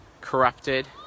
corrupted